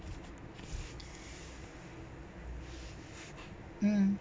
mm